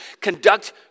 conduct